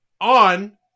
on